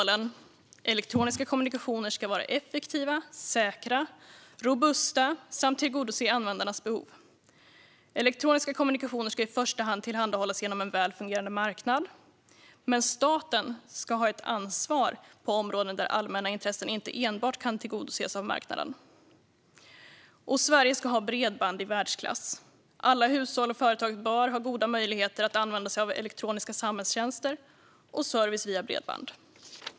Det första är att elektroniska kommunikationer ska vara effektiva, säkra och robusta samt tillgodose användarnas behov. Elektroniska kommunikationer ska i första hand tillhandahållas genom en väl fungerande marknad, men staten ska ha ett ansvar på områden där allmänna intressen inte enbart kan tillgodoses av marknaden. Det andra är att Sverige ska ha bredband i världsklass. Alla hushåll och företag bör ha goda möjligheter att använda sig av elektroniska samhällstjänster och service via bredband.